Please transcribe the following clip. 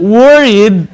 worried